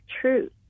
truth